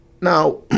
now